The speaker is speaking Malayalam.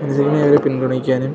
മനസിനെ അവര് പിന്തുണയ്ക്കാനും